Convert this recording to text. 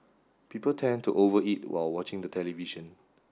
people tend to over eat while watching the television